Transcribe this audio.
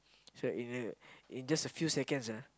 so that in a in just a few seconds ah